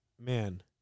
man